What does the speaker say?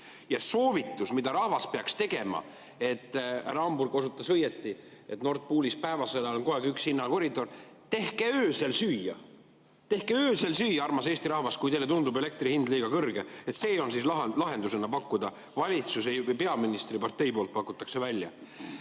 Ja soovitus, mida rahvas peaks tegema – härra Hamburg osutas õieti –, et Nord Poolis päevasel ajal on kogu aeg üks hinnakoridor. Tehke öösel süüa! Tehke öösel süüa, armas Eesti rahvas, kui teile tundub elektri hind liiga kõrge! See on siis lahendusena pakkuda, seda valitsus või peaministri partei pakub välja.